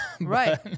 Right